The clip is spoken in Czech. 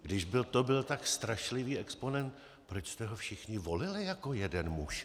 Když to byl tak strašlivý exponent, proč jste ho všichni volili jako jeden muž?